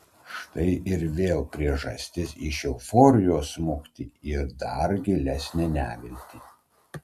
štai ir vėl priežastis iš euforijos smukti į dar gilesnę neviltį